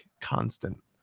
constant